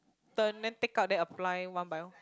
turn then take out then apply one by one